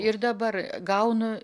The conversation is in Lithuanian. ir dabar gaunu